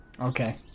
Okay